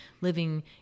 living